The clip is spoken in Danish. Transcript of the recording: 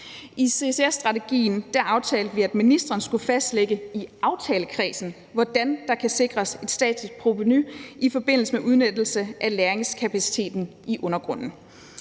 I CCS-strategien aftalte vi, at ministeren skulle fastlægge i aftalekredsen, hvordan der kan sikres et statsligt provenu i forbindelse med udnyttelse af lagringskapaciteten i undergrunden.